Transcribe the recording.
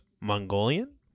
Mongolian